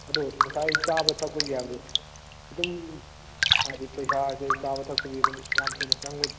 ꯑꯗꯣ ꯉꯁꯥꯏ ꯆꯥꯕ ꯊꯛꯄꯒꯤ ꯍꯥꯏꯕꯗꯣ ꯑꯗꯨꯝ ꯍꯥꯏꯗꯤ ꯄꯩꯁꯥꯁꯦ ꯆꯥꯕ ꯊꯛꯄꯒꯤ ꯑꯗꯨꯝ ꯌꯥꯝ ꯍꯦꯟꯅ ꯆꯪꯉꯣꯏ